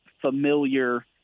familiar